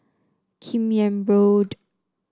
Kim Yam Road